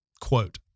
Quote